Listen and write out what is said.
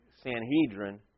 Sanhedrin